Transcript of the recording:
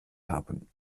haben